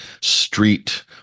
street